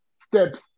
steps